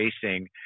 facing